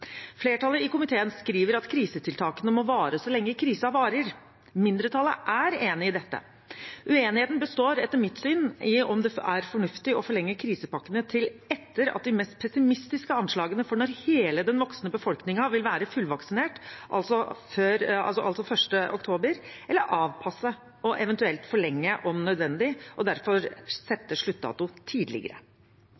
Flertallet i komiteen skriver at krisetiltakene må vare så lenge krisen varer. Mindretallet er enig i dette. Uenigheten består etter mitt syn i om det er fornuftig å forlenge krisepakkene til etter de mest pessimistiske anslagene for når hele den voksne befolkningen vil være fullvaksinert, altså 1. oktober, eller avpasse og eventuelt forlenge om nødvendig, og derfor